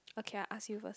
okay I ask you first